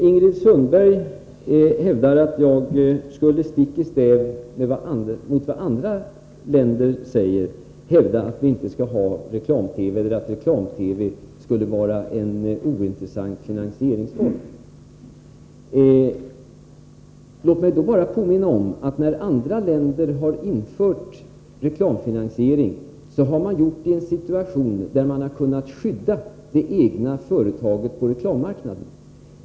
Ingrid Sundberg hävdade att jag, stick i stäv med vad man säger i andra länder, skulle hävda att vi inte skall ha reklam-TV eller att reklam-TV skulle vara en ointressant finansieringsform. Jag vill då bara påminna om att när man i andra länder har infört reklamfinansiering har det gjorts i en situation där man har kunnat skydda det egna företaget på reklammarknaden.